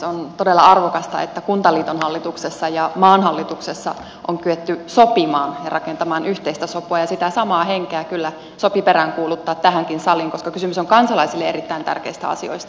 on todella arvokasta että kuntaliiton hallituksessa ja maan hallituksessa on kyetty sopimaan ja rakentamaan yhteistä sopua ja sitä samaa henkeä kyllä sopii peräänkuuluttaa tähänkin saliin koska kysymys on kansalaisille erittäin tärkeistä asioista